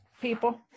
people